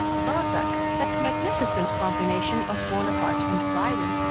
balzac, that magnificent combination of bonaparte and byron,